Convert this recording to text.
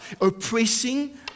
oppressing